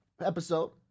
episode